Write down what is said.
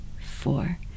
four